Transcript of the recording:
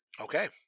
Okay